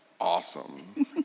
awesome